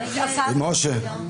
מי נמנע?